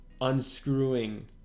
unscrewing